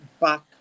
back